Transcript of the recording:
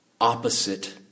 opposite